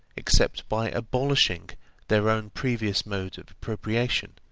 except by abolishing their own previous mode of appropriation,